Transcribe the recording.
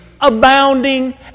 abounding